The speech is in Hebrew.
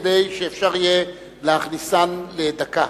כדי שאפשר יהיה להכניסן לדקה.